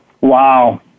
Wow